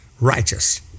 righteous